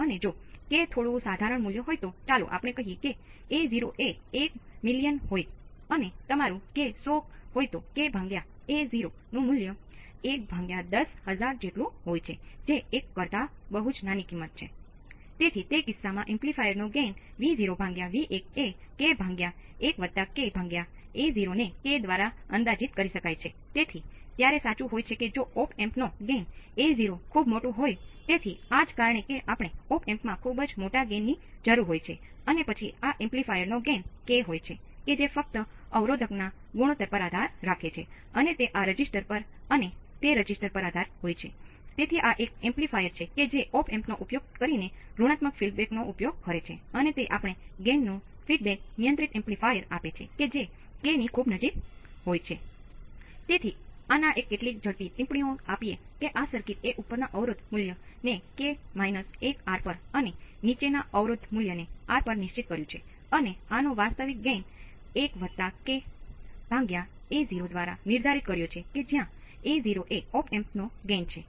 આ જ ઉદાહરણ મૂલ્યો ને પહેલાં જેટલું લેતા જો આ 15 વોલ્ટ છે અને મેં આને 1 RA ભાંગ્યા Rb કહ્યું હતું કે જે 2 x R2 ભાંગ્યા R1 જેવું જ છે કે જે 200 છે કારણ કે R2 ભાંગ્યા R1 નું મૂલ્ય 100 છે